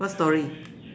what story